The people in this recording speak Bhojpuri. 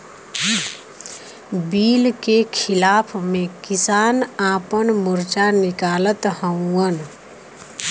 बिल के खिलाफ़ में किसान आपन मोर्चा निकालत हउवन